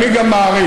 אני גם מעריך,